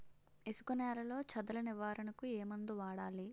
ఇసుక నేలలో చదల నివారణకు ఏ మందు వాడాలి?